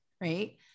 right